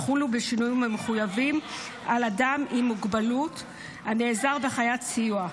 יחולו בשינויים המחויבים על אדם עם מוגבלות הנעזר בחיית סיוע,